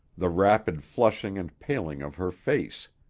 the rapid flushing and paling of her face.